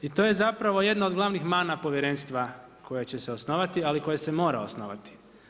I to je zapravo jedna od glavnih mana povjerenstva koje će se osnovati, ali koja se mora osnovati.